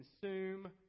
consume